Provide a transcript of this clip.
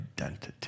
identity